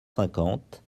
cinquante